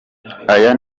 aya